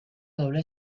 doble